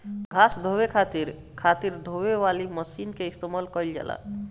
घास ढोवे खातिर खातिर ढोवे वाली मशीन के इस्तेमाल कइल जाला